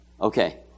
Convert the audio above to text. Okay